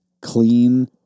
clean